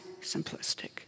simplistic